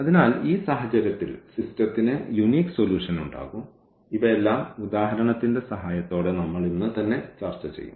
അതിനാൽ ഈ സാഹചര്യത്തിൽ സിസ്റ്റത്തിന് യൂനിക് സൊല്യൂഷനുണ്ടാകും ഇവയെല്ലാം ഉദാഹരണത്തിന്റെ സഹായത്തോടെ നമ്മൾ ഇന്ന് തന്നെ ചർച്ച ചെയ്യും